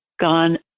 gone